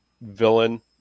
villain